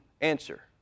Answer